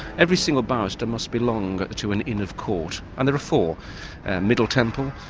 every single barrister must belong to an inn of court, and there are four middle temple,